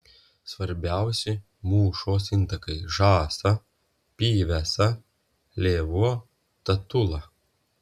svarbiausi mūšos intakai žąsa pyvesa lėvuo tatula